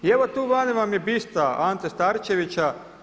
I evo tu vani vam je biste Ante Starčevića.